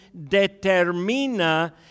determina